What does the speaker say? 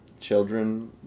children